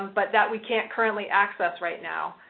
um but that we can't currently access right now.